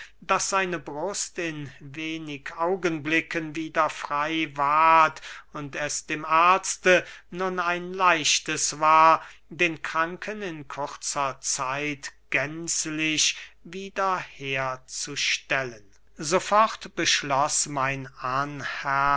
daß seine brust in wenig augenblicken wieder frey ward und es dem arzte nun ein leichtes war den kranken in kurzer zeit gänzlich wieder herzustellen sofort beschloß mein